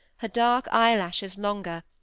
her dark eyelashes longer,